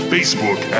Facebook